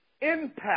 impact